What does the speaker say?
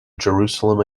jerusalem